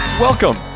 Welcome